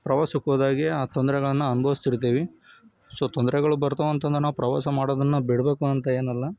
ಪ್ರವಾಸಕ್ಕೆ ಹೋದಾಗೆ ಆ ತೊಂದರೆಗಳನ್ನ ಅನುಭವಿಸ್ತಿರ್ತೀವಿ ಸೊ ತೊಂದರೆಗಳು ಬರ್ತಾವೆ ಅಂತಂದ್ರೆ ನಾವು ಪ್ರವಾಸ ಮಾಡೋದನ್ನು ಬಿಡಬೇಕು ಅಂತ ಏನು ಅಲ್ಲ